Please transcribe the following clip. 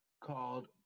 called